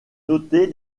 noter